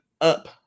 up